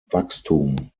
wachstum